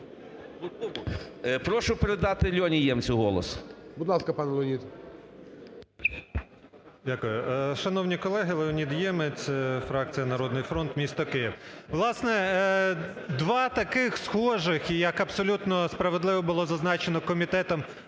Прошу передати Льоні Ємцю голос. ГОЛОВУЮЧИЙ. Будь ласка, пане Леонід. 11:56:59 ЄМЕЦЬ Л.О. Дякую. Шановні колеги! Леонід Ємець, фракція "Народний фронт", місто Київ. Власне, два таких схожих і, як абсолютно справедливо було зазначено комітетом,